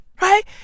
Right